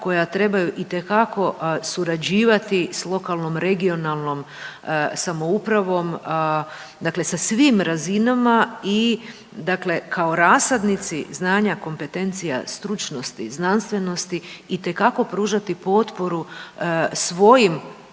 koja trebaju itekako surađivati s lokalnom, regionalnom samoupravom, dakle sa svim razinama dakle i kao rasadnici znanja, kompetencija, stručnosti, znanstvenosti itekako pružati potporu svojim